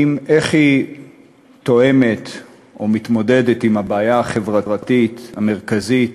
איך היא תואמת או מתמודדת עם הבעיה החברתית המרכזית